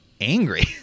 angry